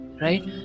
right